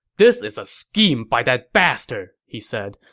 this is a scheme by that bastard! he said.